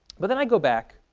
but then i go back